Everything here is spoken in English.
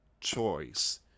choice